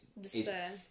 despair